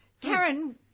Karen